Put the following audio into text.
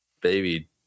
baby